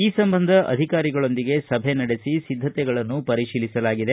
ಈ ಸಂಬಂಧ ಅಧಿಕಾರಿಗಳೊಂದಿಗೆ ಸಭೆ ನಡೆಸಿ ಸಿದ್ಧತೆಗಳನ್ನು ಪರಿತೀಲಿಸಲಾಗಿದೆ